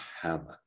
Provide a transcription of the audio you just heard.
heaven